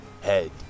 Head